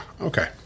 Okay